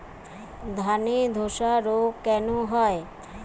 ধানে ধসা রোগ কেন হয়?